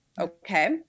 okay